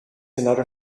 another